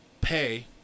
pay